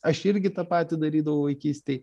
aš irgi tą patį darydavau vaikystėj